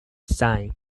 design